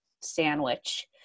sandwich